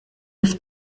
des